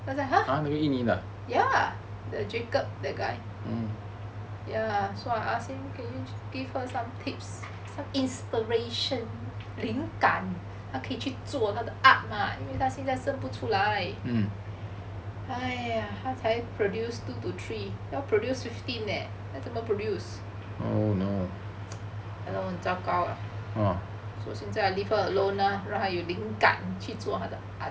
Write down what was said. I was like !huh! ya the jacob that guy ya so I ask him give her some tips for inspiration 灵感他可以去做他的 art mah 因为他现在 produce 不出来 他才 produce two to three leh 他要 produce fifteen leh ya lor 很糟糕 leh so 现在 leave her alone lor 让他有灵感去做他的 art